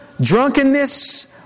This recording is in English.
drunkenness